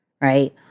right